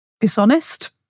Dishonest